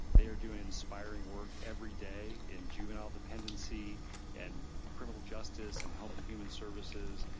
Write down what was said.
they're doing inspiring work everyday in juvenile dependency and criminal justice, and health and human services,